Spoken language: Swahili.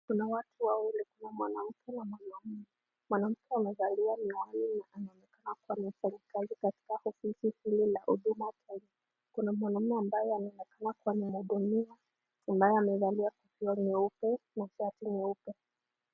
Kuna watu wawili, kuna mwanamke na mwanamume. Mwanamke amevalia miwani na anaonekana anaonekana kuwa anafanya kazi katika ofisi hili la huduma Kenya. Kuna mwanmume ambaye anaonekana kuwa anahudumiwa ambaye amevalia kofia nyeupe na shati nyeupe.